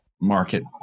market